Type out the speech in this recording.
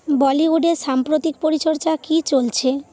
বলিউডে সাম্প্রতিক পরিচর্চা কী চলছে